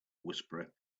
whisperer